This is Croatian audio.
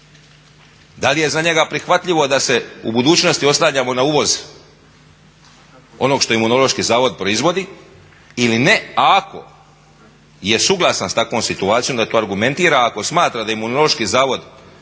Da li je za njega prihvatljivo da se u budućnosti oslanjamo na uvoz onog što Imunološki zavod proizvodi ili ne? A ako je suglasan s takvom situacijom da to argumentira. A ako smatra da Imunološki zavod moramo